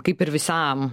kaip ir visam